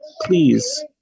Please